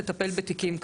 לטפל בתיקים כאלה.